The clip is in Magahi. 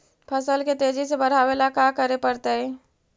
फसल के तेजी से बढ़ावेला का करे पड़तई?